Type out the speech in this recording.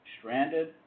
stranded